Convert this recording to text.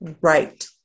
right